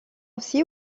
aussi